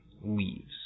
leaves